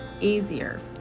easier